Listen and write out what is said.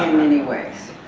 many ways.